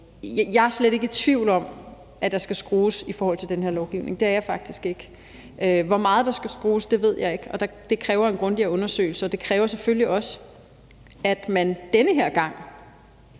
Jeg er slet ikke i tvivl om, at der skal skrues i forhold til den her lovgivning; det er jeg faktisk ikke. Hvor meget der skal skrues, ved jeg ikke, og det kræver en grundigere undersøgelse, og det kræver selvfølgelig også, at man den her gang